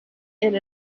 and